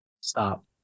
Stop